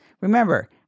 Remember